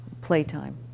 playtime